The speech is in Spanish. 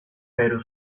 pero